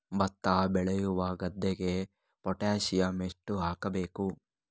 ಭತ್ತ ಬೆಳೆಯುವ ಗದ್ದೆಗೆ ಪೊಟ್ಯಾಸಿಯಂ ಎಷ್ಟು ಹಾಕಬೇಕು?